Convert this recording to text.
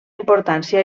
importància